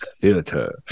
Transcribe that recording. theater